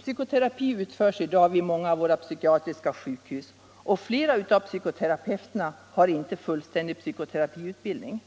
Psykoterapi utförs i dag vid många av våra psykiatriska sjukhus, och flera av psykoterapeuterna har inte fullständig psykoterapiutbildning.